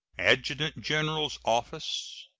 adjutant-general's office,